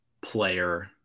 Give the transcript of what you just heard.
player